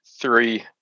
three